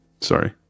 Sorry